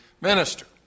Minister